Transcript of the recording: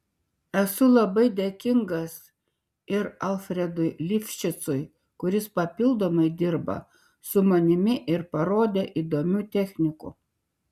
esu labai dėkingas ir alfredui lifšicui kuris papildomai dirba su manimi ir parodė įdomių technikų